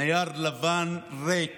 נייר לבן ריק.